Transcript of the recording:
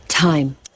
Time